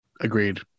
Agreed